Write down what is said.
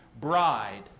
bride